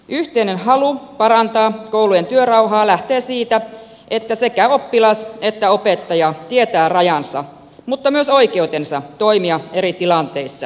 yhteinen halu parantaa koulujen työrauhaa lähtee siitä että sekä oppilas että opettaja tietävät rajansa mutta myös oikeutensa toimia eri tilanteissa